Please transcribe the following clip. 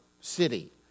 city